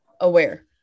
aware